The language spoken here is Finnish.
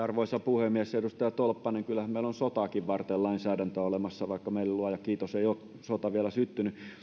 arvoisa puhemies edustaja tolppanen kyllähän meillä on sotaakin varten lainsäädäntö olemassa vaikka meillä luojan kiitos ei ole sota vielä syttynyt